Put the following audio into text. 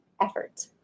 effort